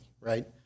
Right